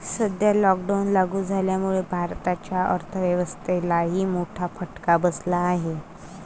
सध्या लॉकडाऊन लागू झाल्यामुळे भारताच्या अर्थव्यवस्थेलाही मोठा फटका बसला आहे